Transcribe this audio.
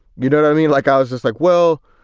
you know, i mean, like, i was just like, well,